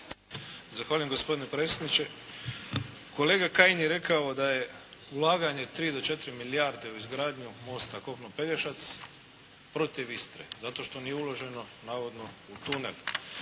Zahvaljujem gospodine predsjedniče. Kolega Kajin je rekao da je ulaganje 3 do 4 milijarde u izgradnju mosta kopno – Pelješac protiv Istre zato što nije uloženo navodno u tunel